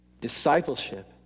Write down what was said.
Discipleship